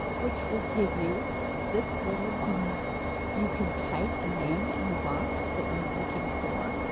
which will give you this little box you can type a name in the box that you're looking for,